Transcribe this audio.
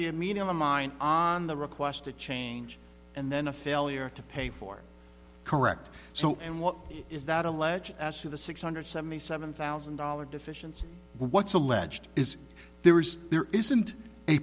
be a meeting of the mind on the request to change and then a failure to pay for correct so and what is that alleged as to the six hundred seventy seven thousand dollar deficiency what's alleged is there is there isn't a